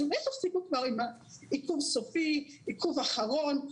אז אולי תפסיקו כבר עם העיכוב הסופי/עיכוב אחרון,